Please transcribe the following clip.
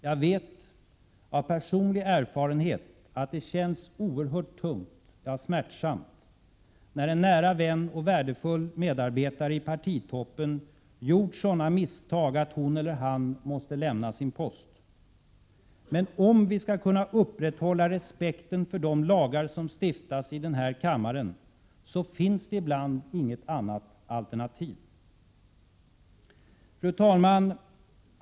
Jag vet av personlig erfarenhet att det känns oerhört tungt, ja smärtsamt, när en nära vän och värdefull medarbetare i partitoppen gjort sådana misstag att hon eller han måste lämna sin post. Men om vi skall kunna upprätthålla respekten för de lagar som stiftas i denna kammare, finns det ibland inget annat alternativ. Fru talman!